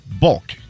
bulk